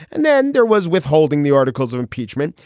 and then there was withholding the articles of impeachment.